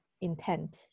intent